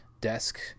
desk